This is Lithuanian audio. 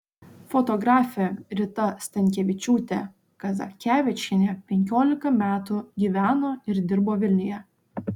fotografė rita stankevičiūtė kazakevičienė penkiolika metų gyveno ir dirbo vilniuje